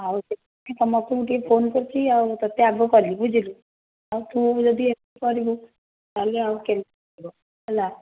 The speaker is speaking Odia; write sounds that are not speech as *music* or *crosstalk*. ଆଉ *unintelligible* ସମସ୍ତଙ୍କୁ ଟିକେ ଫୋନ୍ କରୁଛି ଆଉ ତୋତେ ଆଗ କଲି ବୁଝିଲୁ ଆଉ ତୁ ଯଦି ଏତେ ଧରିବୁ ତା' ହେଲେ ଆଉ କେମିତି ହେବ ହେଲା